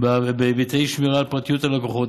ובהיבטי שמירה על פרטיות הלקוחות,